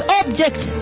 object